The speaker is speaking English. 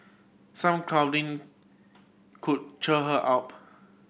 some cuddling could cheer her up